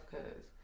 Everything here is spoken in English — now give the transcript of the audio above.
Cause